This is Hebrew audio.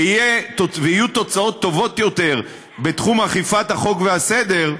ויהיו תוצאות טובות יותר בתחום אכיפת החוק והסדר,